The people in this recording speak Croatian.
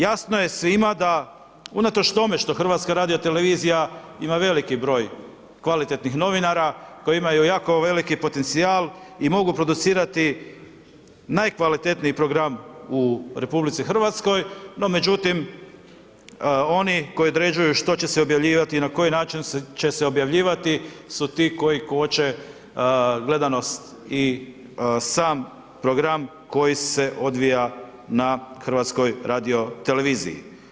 Jasno je svima da, unatoč tome što HRT ima veliki broj kvalitetnih novinara, koji imaju jako veliki potencijal i mogu producirati najkvalitetniji program u RH, no međutim, oni koji određuju što će se objavljivati i na koji način će se objavljivati, su ti koji koče gledanost i sam program koji se odbija na HRT-u.